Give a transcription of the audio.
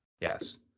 Yes